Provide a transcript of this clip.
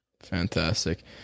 Fantastic